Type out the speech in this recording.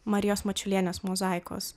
marijos mačiulienės mozaikos